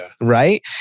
right